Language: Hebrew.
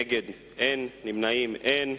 נגד, אין, נמנעים, אין.